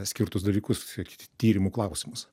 skirtus dalykus tyrimų klausimus